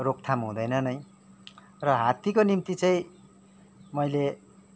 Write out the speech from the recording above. रोकथाम हुँदेन नै र हात्तीको निम्ति चाहिँ मैले